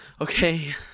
okay